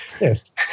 yes